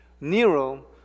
Nero